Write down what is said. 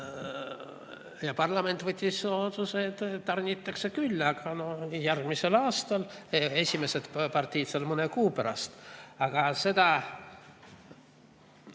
ja parlament võttis vastu otsuse, et tarnitakse küll, aga järgmisel aastal, esimesed partiid mõne kuu pärast. Aga seda